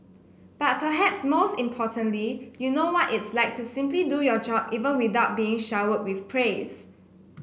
but perhaps most importantly you know what it's like to simply do your job even without being showered with praise